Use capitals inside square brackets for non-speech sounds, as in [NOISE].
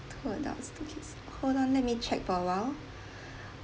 two adults two kids hold on let me check for a while [BREATH]